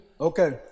Okay